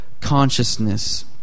consciousness